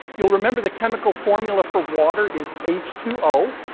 you'll remember the chemical formula for water is h two o.